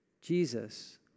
Jesus